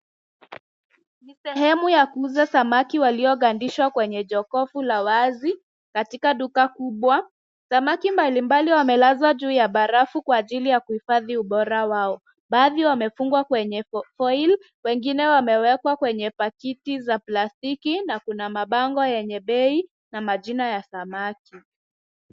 Ni kuuza samaki waliogandishwa kwenye jokovu la wazi katika duka kubwa. Samaki mbalimbali wamelazwa juu ya barafu kwa ajili ya kuhifadhi ubora wake. Baadhi wamefungiwa kwenye foil ,wengine wamewekwa kwenye pakiti za plastiki na kuna mabango yenye bei na majina ya samaki.